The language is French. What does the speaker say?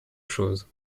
chose